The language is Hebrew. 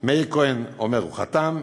מאיר כהן אומר: הוא חתם,